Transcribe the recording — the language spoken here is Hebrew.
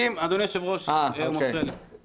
אדוני היושב-ראש, הוא מפריע לי.